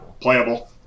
playable